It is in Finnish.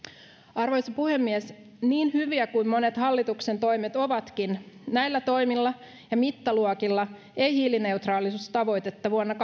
arvoisa puhemies niin hyviä kuin monet hallituksen toimet ovatkin näillä toimilla ja mittaluokilla ei hiilineutraalisuustavoitetta vuonna